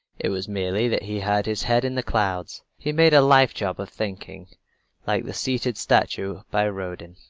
it was merely that he had his head in the clouds. he made a life job of thinking like the seated statue by rodin.